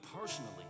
personally